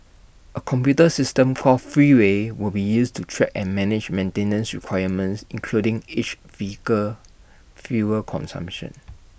A computer system for Freeway will be used to track and manage maintenance requirements including each vehicle's fuel consumption